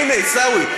הנה, עיסאווי.